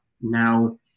Now